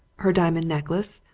her diamond necklace,